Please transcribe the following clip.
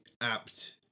apt